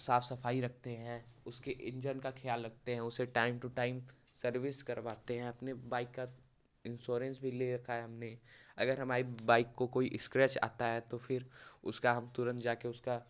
साफ सफाई रखते हैं उसके इंजन का ख्याल रखते हैं उसे टाइम टु टाइम सर्विस करवाते हैं अपने बाइक का इंस्योरेंस भी ले रखा है हमने अगर हमारी बाइक को कोई स्क्रैच आता है तो फिर उसका हम तुरंत जा के उसका